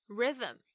,rhythm